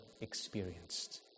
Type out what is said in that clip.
experienced